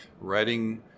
writing